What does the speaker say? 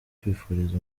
kwifuriza